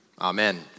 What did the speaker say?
Amen